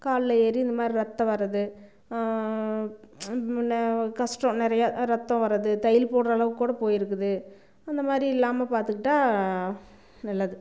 காலில் ஏறி இந்தமாதிரி ரத்தம் வருது முன்ன கஸ்டம் நிறைய ரத்தம் வருது தையல் போடுற அளவுக்கு கூட போயிருக்குது அந்தமாதிரி இல்லாமல் பார்த்துக்கிட்டா நல்லது